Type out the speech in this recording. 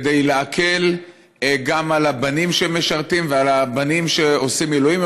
כדי להקל גם על הבנים שמשרתים ועל הבנים שעושים מילואים,